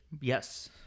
Yes